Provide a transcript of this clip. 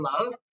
love